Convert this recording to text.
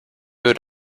would